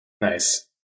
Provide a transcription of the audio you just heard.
Nice